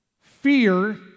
fear